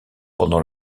pendant